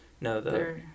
No